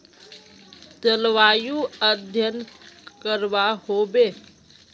जलवायु अध्यन करवा होबे बे?